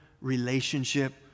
relationship